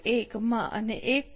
1 માં અને 1